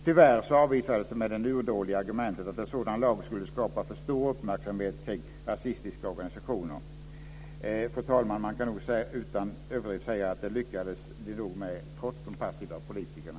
Tyvärr avvisades detta med det urdåliga argumentet att en sådan lag skulle skapa för stor uppmärksamhet kring rasistiska organisationer. Fru talman! Man kan nog utan överdrift säga att de lyckades med detta trots de passiva politikerna.